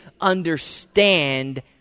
understand